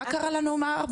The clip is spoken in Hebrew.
מה קרה לנו עם הארבע?